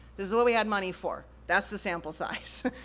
this is what we had money for, that's the sample size.